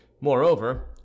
moreover